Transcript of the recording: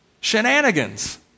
shenanigans